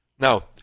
Now